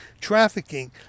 trafficking